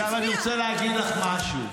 עכשיו אני רוצה להגיד לך משהו.